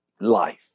life